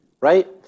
right